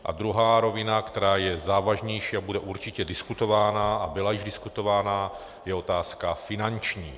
A druhá rovina, která je závažnější a bude určitě diskutována a byla již diskutována, je otázka finanční.